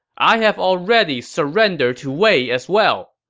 i have already surrendered to wei as well!